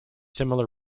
similar